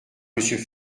monsieur